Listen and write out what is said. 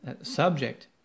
subject